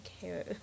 care